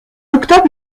octobre